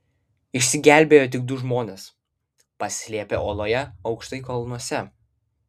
išsigelbėjo tik du žmonės pasislėpę oloje aukštai kalnuose